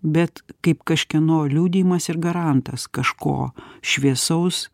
bet kaip kažkieno liudijimas ir garantas kažko šviesaus